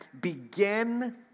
begin